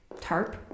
tarp